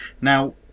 Now